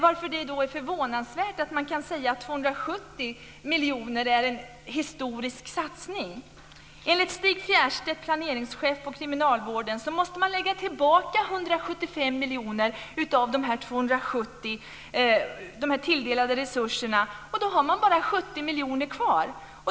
Då är det förvånansvärt att man kan säga att 270 miljoner är en historisk satsning. Enligt Stig Fjärstedt, planeringschef för kriminalvården, måste man betala tillbaka 175 miljoner av de tilldelade resurserna på 270 miljoner, och då har man bara 70 miljoner kvar.